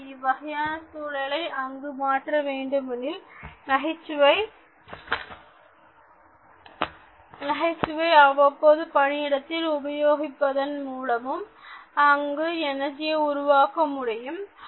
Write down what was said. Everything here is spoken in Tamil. எனவே இவ்வகையான சூழலை அங்கு மாற்ற வேண்டுமெனில் நகைச்சுவையை அவ்வப்போது பணியிடத்தில் உபயோகிப்பதன் மூலம் அங்கு எனர்ஜியை உருவாக்க முடியும்